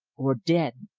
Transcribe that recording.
or dead!